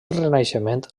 renaixement